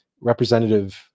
representative